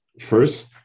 first